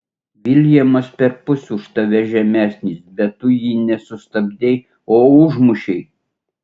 viljamas perpus už tave žemesnis bet tu jį ne sustabdei o užmušei